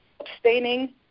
abstaining